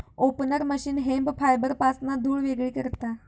opener machine hemp फायबरपासना धुळ वेगळी करता